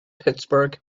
pittsburgh